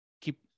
Keep